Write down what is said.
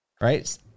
right